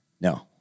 No